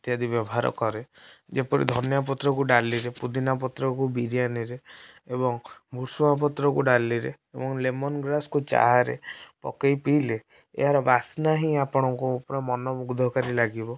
ଇତ୍ୟାଦି ବ୍ୟବହାର କରେ ଯେପରି ଧନିଆପତ୍ରକୁ ଡାଲିରେ ପୋଦିନାପତ୍ରକୁ ବିରିୟାନିରେ ଏବଂ ଭୁଷୁଙ୍ଗାପତ୍ରକୁ ଡାଲିରେ ଏବଂ ଲେମନଗ୍ରାସକୁ ଚାରେ ପକେଇ ପିଇଲେ ଏହାର ବାସ୍ନା ହିଁ ଆପଣଙ୍କୁ ପୂରା ମନମୁଗ୍ଧକାରୀ ଲାଗିବ